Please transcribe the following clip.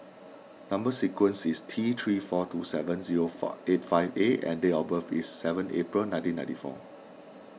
Number Sequence is T three four two seven zero far eight five A and date of birth is seven April nineteen ninety four